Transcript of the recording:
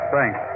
Thanks